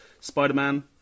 Spider-Man